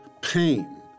pain